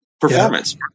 performance